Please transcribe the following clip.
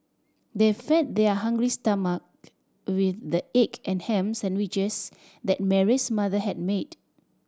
they fed their hungry stomach with the egg and ham sandwiches that Mary's mother had made